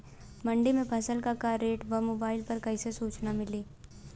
मंडी में फसल के का रेट बा मोबाइल पर रोज सूचना कैसे मिलेला?